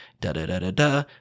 Da-da-da-da-da